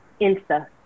Insta